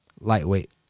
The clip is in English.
Lightweight